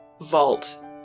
vault